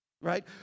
right